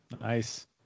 Nice